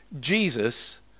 Jesus